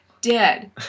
dead